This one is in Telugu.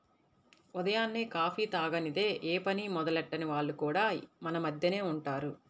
ఉదయాన్నే కాఫీ తాగనిదె యే పని మొదలెట్టని వాళ్లు కూడా మన మద్దెనే ఉంటారు